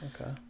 Okay